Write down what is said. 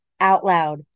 OUTLOUD